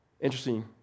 interesting